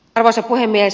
arvoisa puhemies